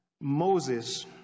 Moses